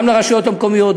גם לרשויות המקומיות,